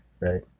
right